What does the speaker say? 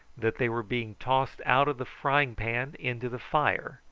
that they were being tossed out of the frying-pan into the fire,